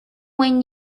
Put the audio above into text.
when